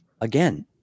again